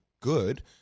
good